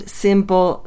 simple